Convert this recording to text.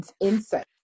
insight